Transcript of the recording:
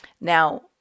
Now